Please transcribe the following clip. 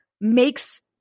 makes